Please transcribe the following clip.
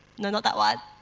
and not that one,